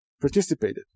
participated